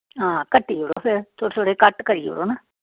हां कट्टी ओड़ो फिर थोह्ड़े थोह्ड़े कट्ट करी ओड़ो ना